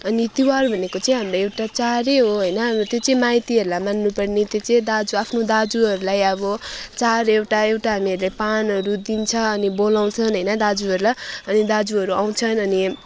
अनि तिहार भनेको चाहिँ हाम्रो एउटा चाडै हो होइन त्यो चाहिँ माइतीहरूलाई मान्नुपर्ने त्यो चाहिँ दाजु आफ्नो दाजुहरूलाई अब चाड एउटा एउटा हामीहरूले पानहरू दिन्छ अनि बोलाउँछन् होइन दाजुहरूलाई अनि दाजुहरू आउँछन् अनि